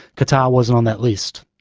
qatar wasn't on that list.